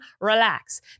relax